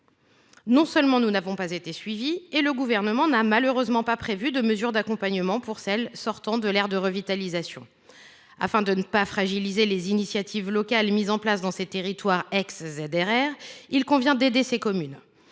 Non seulement nous n’avons pas été suivis, mais le Gouvernement n’a malheureusement pas prévu non plus de mesures d’accompagnement pour les communes sortant de l’aire de revitalisation. Afin de ne pas fragiliser les initiatives locales mises en place dans ces territoires ex ZRR, il convient pourtant d’aider ces communes.